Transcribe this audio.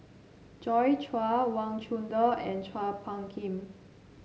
Joi Chua Wang Chunde and Chua Phung Kim